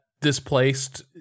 displaced